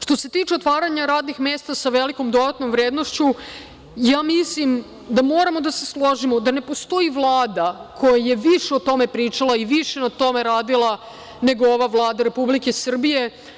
Što se tiče otvaranja radnih mesta sa velikom dodatnom vrednošću, mislim da moramo da se složimo da ne postoji Vlada koja je više o tome pričala i više na tome radila nego Vlada Republike Srbije.